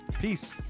Peace